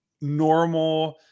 normal